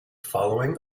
following